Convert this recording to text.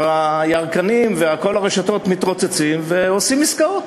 והירקנים וכל הרשתות מתרוצצים ועושים עסקאות.